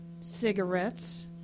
cigarettes